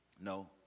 No